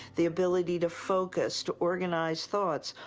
the ability to focus, to organize thoughts,